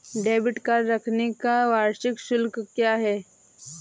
Debit card रखने का वार्षिक शुल्क क्या है?